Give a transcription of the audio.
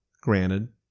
granted